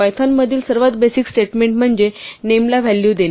पायथॉनमधील सर्वात basic statement म्हणजे name ला व्हॅल्यू देणे